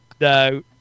no